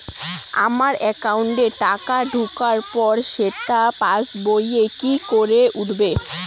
আমার একাউন্টে টাকা ঢোকার পর সেটা পাসবইয়ে কি করে উঠবে?